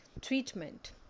Treatment